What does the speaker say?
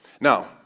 Now